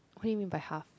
what do you mean by half